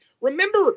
Remember